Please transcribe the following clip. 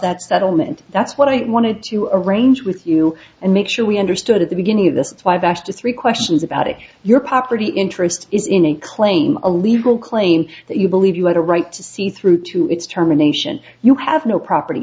that settlement that's what i wanted to arrange with you and make sure we understood at the beginning of this five to three questions about if your property interest is in a claim a legal claim that you believe you had a right to see through to its terminations you have no property